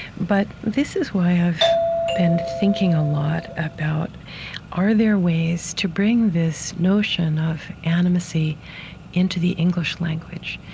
but this is why i've been thinking a lot about are there ways to bring this notion of animacy into the english language?